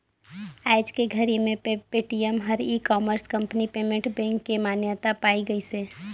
आयज के घरी मे पेटीएम हर e commerce company payment bank के मान्यता पाए गइसे